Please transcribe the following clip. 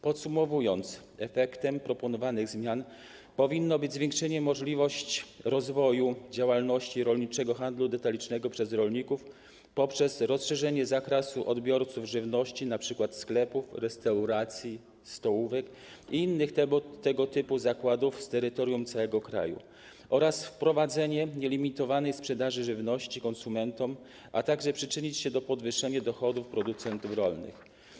Podsumowując, efektem proponowanych zmian powinno być zwiększenie możliwości rozwoju działalności rolniczego handlu detalicznego przez rolników poprzez rozszerzenie zakresu odbiorców żywności, np. sklepów, restauracji, stołówek i innych tego typu zakładów z terytorium całego kraju, oraz wprowadzenie nielimitowanej sprzedaży żywności konsumentom, a także powinno to przyczynić się do podwyższenia dochodów producentów rolnych.